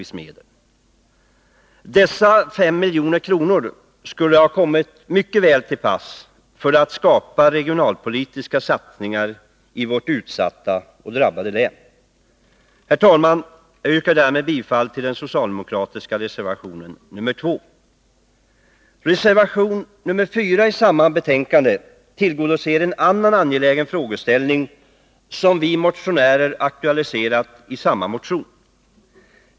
De 5 miljoner som föreslås i motionen och i reservationen skulle ha kommit mycket väl till pass för att skapa regionalpolitiska satsningar i vårt utsatta och drabbade län. Herr talman! Jag yrkar härmed bifall till den socialdemokratiska reservationen 2. Reservation 4 i betänkandet tillgodoser ett annat angeläget krav, som vi motionärer har aktualiserat i samma motion.